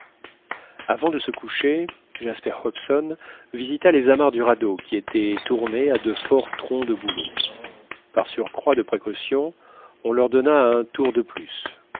avant de se coucher jasper hobson visita les amarres du radeau qui étaient tournées à de forts troncs de bouleaux par surcroît de précaution on leur donna un tour de plus